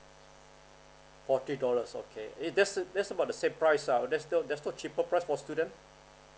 forty dollars okay it that's uh that's about the same price ah there's no there's no cheaper price for student